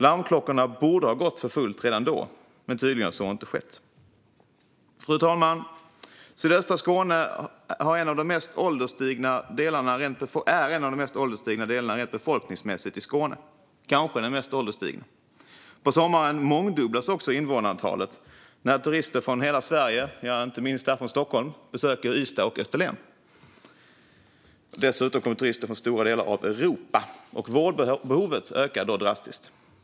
Larmklockorna borde ha gått för fullt redan då. Men så har tydligen inte skett. Fru talman! Sydöstra Skåne är en av de mest ålderstigna delarna i Skåne rent befolkningsmässigt och kanske den mest ålderstigna. På sommaren mångdubblas också invånarantalet när turister från hela Sverige och inte minst härifrån Stockholm besöker Ystad och Österlen. Dessutom kommer turister från stora delar av Europa. Vårdbehovet ökar då drastiskt.